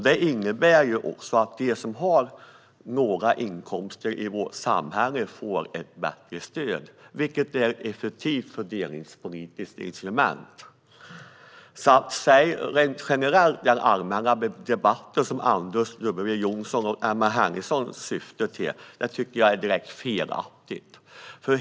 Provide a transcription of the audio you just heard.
Det innebär också att de som har låga inkomster får ett bättre stöd, vilket är ett effektivt fördelningspolitiskt instrument. Den allmänna debatt som Anders W Jonsson och Emma Henriksson för är direkt felaktig.